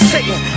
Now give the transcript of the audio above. Satan